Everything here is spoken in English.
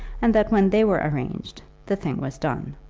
and that when they were arranged, the thing was done.